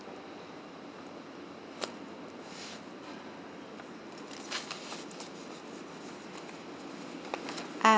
uh